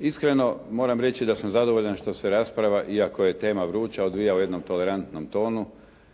Iskreno moram reći da sam zadovoljan što se rasprava iako je tema vruća odvija u jednom tolerantnom tonu.